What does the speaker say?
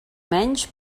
menys